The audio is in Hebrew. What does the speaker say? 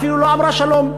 אפילו לא אמרה שלום.